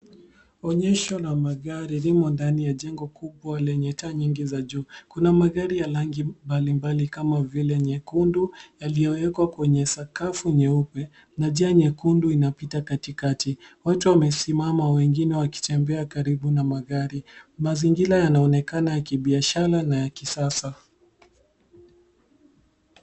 Onyesho la magari limo ndani ya jengo kubwa lenye taa nyingi za juu. Kuna magari ya rangi mbalimbali, kama vile, nyekundu yaliowekwa kwenye sakafu nyeupe na njia nyekundu inapita katikati. Watu wamesimama, wengine wakitembea karibu na magari. Mazingira yanaonekana ya kibiashara na ya kisasa.